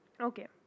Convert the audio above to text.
Okay